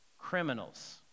Criminals